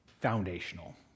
foundational